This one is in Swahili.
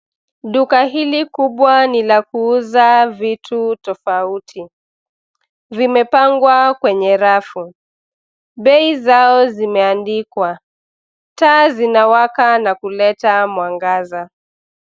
Duka hili kubwa ni la kuuza vitu tofauti. Vimepangwa kwenye rafu. Bei zao zimeandikwa. Taa zinawaka na kuleta mwangaza.